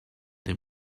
the